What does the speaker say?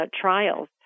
trials